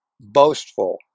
boastful